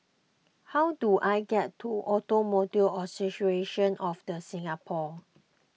how do I get to Automobile Association of the Singapore